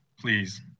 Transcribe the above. Please